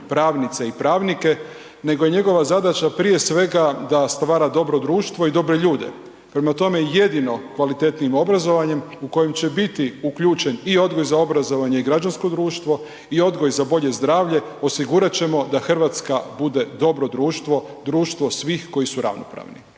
pravnice i pravnike, nego je njegova zadaća prije svega da stvara dobro društvo i dobre ljude. Prema tome, jedino kvalitetnim obrazovanjem u kojem će biti uključen i odgoj za obrazovanje i građansko društvo i odgoj za bolje zdravlje, osigurat ćemo da RH bude dobro društvo, društvo svih koji su ravnopravni.